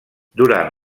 durant